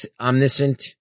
omniscient